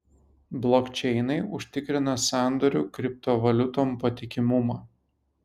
blokčeinai užtikrina sandorių kriptovaliutom patikimumą